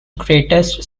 greatest